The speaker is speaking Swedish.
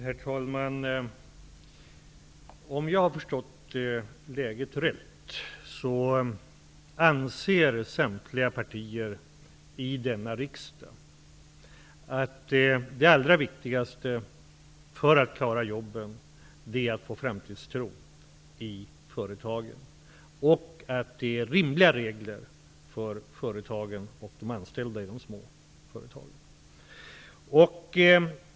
Herr talman! Om jag har förstått läget rätt så anser samtliga partier i denna riksdag att det allra viktigaste -- för att klara jobben -- är att skapa framtidstro i företagen. Reglerna för de små företagen och de anställda i dessa företag måste också vara rimliga.